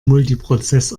multiprozess